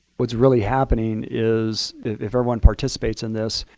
what's really happening is if everyone participates in this,